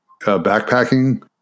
backpacking